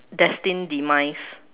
destined demise